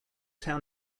town